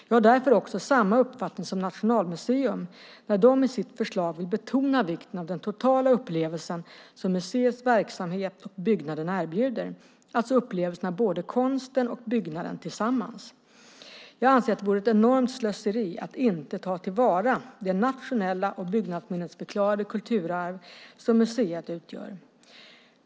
Jag har därför också samma uppfattning som Nationalmuseum när de i sitt förslag vill betona vikten av den totala upplevelse som museets verksamhet och byggnaden erbjuder, alltså upplevelsen av både konsten och byggnaden tillsammans. Jag anser att det vore ett enormt slöseri att inte ta till vara det nationella och byggnadsminnesförklarade kulturarv som museet utgör.